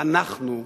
אנחנו שותקים?